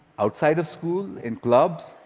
outside of school, in clubs.